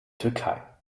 türkei